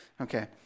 okay